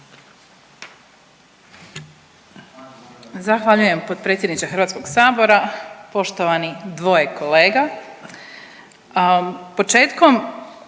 Zahvaljujem potpredsjedniče Hrvatskog sabora. Poštovana kolegice